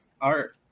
art